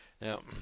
Now